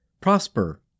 Prosper